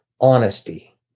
honesty